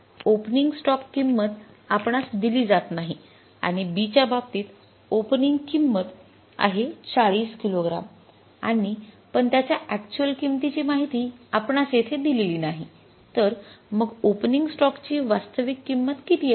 opening stock किंमत आपणास दिली जात नाही आणि B च्या बाबतीत ओपनिंग किंमत आहे ४० किलो ग्राम आणि पण त्याच्या अक्चुअल किंमतींची माहिती आपणास येथे दिलेली नाही तर मग ओपनिंग स्टॉक ची वास्तविक किंमत किती असेल